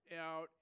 out